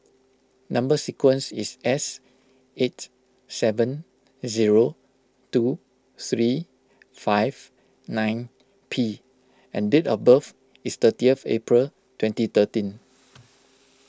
Number Sequence is S eight seven zero two three five nine P and date of birth is thirtieth April twenty thirteen